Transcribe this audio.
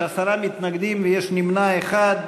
יש עשרה מתנגדים ויש נמנע אחד.